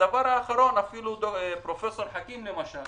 הדבר האחרון, פרופ' חכים למשל